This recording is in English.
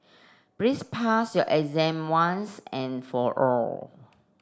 please pass your exam once and for all